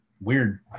weird